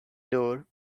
door